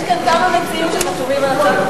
יש כאן כמה מציעים שחתומים על הצעת החוק,